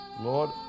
Lord